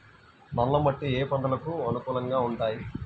నల్ల మట్టి ఏ ఏ పంటలకు అనుకూలంగా ఉంటాయి?